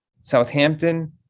Southampton